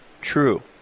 true